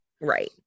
Right